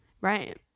Right